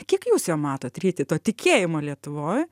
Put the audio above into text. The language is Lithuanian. kiek jūs jo matot ryti to tikėjimo lietuvoj